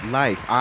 life